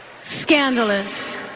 scandalous